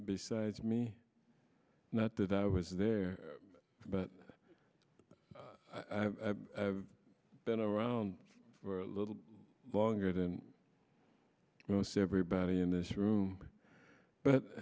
besides me not that i was there but i have i've been around for a little longer than most everybody in this room